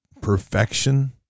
perfection